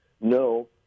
No